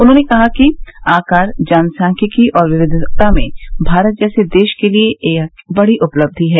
उन्होंने कहा कि आकार जनसांख्यिकी और विविधता में भारत जैसे देश के लिए यह एक बड़ी उपलब्धि है